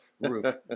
Roof